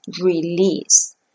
release